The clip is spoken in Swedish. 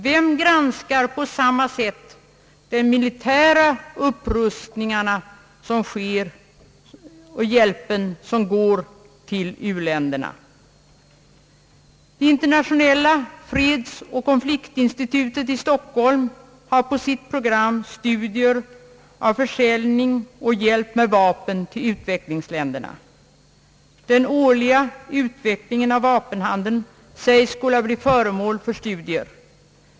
Vem granskar på samma sätt den hjälp som går till militär upprustning av u-länderna? Det internationella fredsoch konfliktforskningsinstitutet i Stockholm har på sitt program studier av försäljning och hjälp med vapen till utvecklingsländerna. Den årliga utvecklingen av vapenhandeln sägs skola bli föremål för studier.